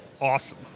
awesome